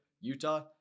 Utah